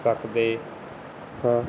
ਸਕਦੇ ਹੋ